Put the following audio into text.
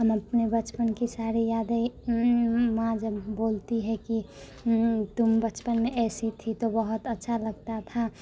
हम अपने बचपन के सारे यादें माँ जब बोलती है कि तुम बचपन में ऐसी थी तो बहुत अच्छा लगता था